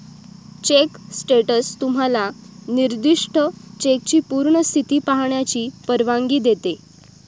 check status तुम्हाला निर्दिष्ट चेकची पूर्ण स्थिती पाहण्याची परवानगी देते